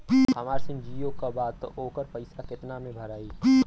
हमार सिम जीओ का बा त ओकर पैसा कितना मे भराई?